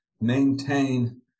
maintain